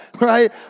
Right